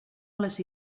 les